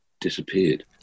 disappeared